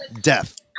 death